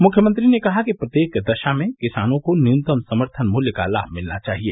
मुख्यमंत्री ने कहा कि प्रत्येक दशा में किसानों को न्यूनतम समर्थन मूल्य का लाभ मिलना चाहिए